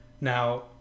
Now